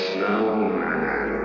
Snowman